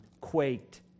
quaked